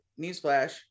newsflash